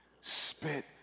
spit